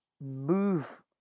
move